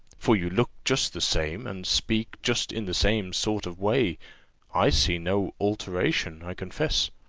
for you look just the same, and speak just in the same sort of way i see no alteration, i confess.